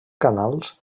canals